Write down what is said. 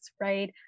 right